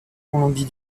colombie